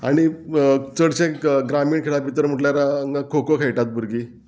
आनी चडशें ग्रामीण खेळा भितर म्हटल्यार हांगा खो खो खेळटात भुरगीं